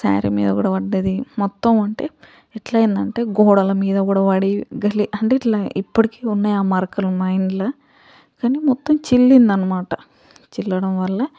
శారీ మీద కూడా పడ్దది మొత్తం అంటే ఎట్ల అయింది అంటే గోడల మీద కూడా పడి గలీ అంటే ఇట్ల ఇప్పడికీ ఉన్నాయి ఆ మరకలు ఉన్నాయి ఇంట్ల కానీ మొత్తం చిల్లింది అనమాట చిల్లడం వల్ల